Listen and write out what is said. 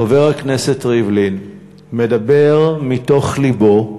חבר הכנסת ריבלין, מדבר מתוך לבו,